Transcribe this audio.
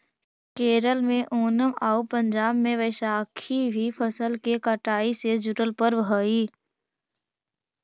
केरल में ओनम आउ पंजाब में बैसाखी भी फसल के कटाई से जुड़ल पर्व हइ